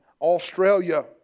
Australia